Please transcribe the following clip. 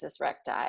recti